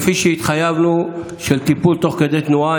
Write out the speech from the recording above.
כפי שהתחייבנו לטיפול תוך כדי תנועה,